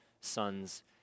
sons